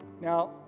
Now